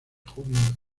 junio